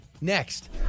next